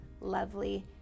lovely